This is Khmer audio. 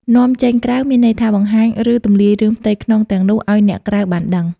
នាំចេញក្រៅ មានន័យថា បង្ហាញ ឬទម្លាយរឿងផ្ទៃក្នុងទាំងនោះឱ្យអ្នកក្រៅបានដឹង។